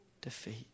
defeat